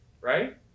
Right